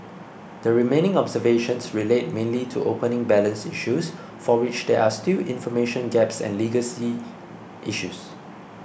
the remaining observations relate mainly to opening balance issues for which there are still information gaps and legacy issues